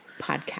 podcast